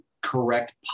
correct